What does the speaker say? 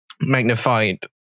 magnified